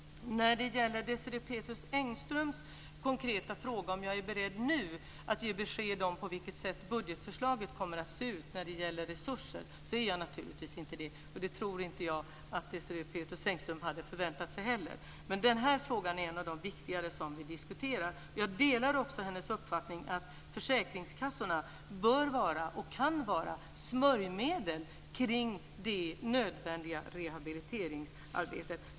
När det gäller Desirée Pethrus Engströms konkreta fråga om jag nu är beredd att ge besked om hur budgetförslaget kommer att se ut när det gäller resurser kan jag säga att jag naturligtvis inte är det. Det tror jag inte heller att Desirée Pethrus Engström hade förväntat sig. Men denna fråga är en av de viktigare som vi diskuterar. Jag delar också hennes uppfattning att försäkringskassorna bör och kan vara smörjmedel kring det nödvändiga rehabiliteringsarbetet.